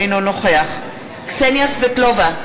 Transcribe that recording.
אינו נוכח קסניה סבטלובה,